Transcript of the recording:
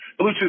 Bluetooth